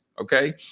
okay